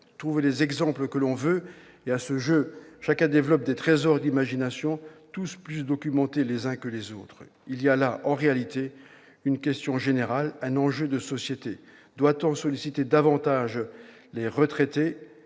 trouver les exemples que l'on veut ; à ce jeu chacun développe des trésors d'imagination, tous plus documentés les uns que les autres. Il y a là, en réalité, une question générale, un enjeu de société : doit-on solliciter davantage les retraités,